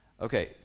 Okay